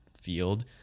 field